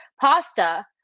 Pasta